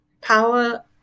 power